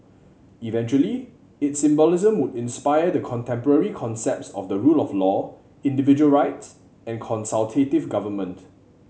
eventually its symbolism would inspire the contemporary concepts of the rule of law individual rights and consultative government